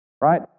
Right